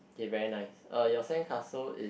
K very nice uh your sandcastle is